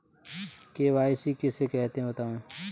KYC किसे कहते हैं बताएँ?